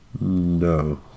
No